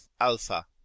alpha